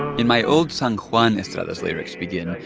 in my old san juan, estrada's lyrics begin,